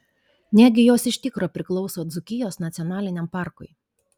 negi jos iš tikro priklauso dzūkijos nacionaliniam parkui